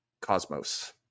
Cosmos